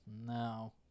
No